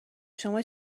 شما